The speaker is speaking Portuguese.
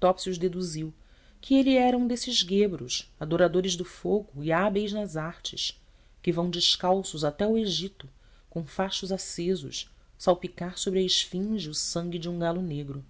topsius deduziu que ele era um desses guebros adoradores do fogo e hábeis nas artes que vão descalços até ao egito com fachos acesos salpicar sobre a esfinge o sangue de um galo negro